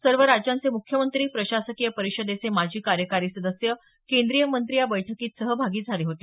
सर्व राज्यांचे मुख्यमंत्री प्रशासकीय परिषदेचे माजी कार्यकारी सदस्य केंद्रीय मंत्री या बैठकीत सहभागी झाले होते